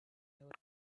never